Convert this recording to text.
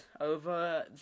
over